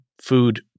food